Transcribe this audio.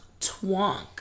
Twonk